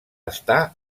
estar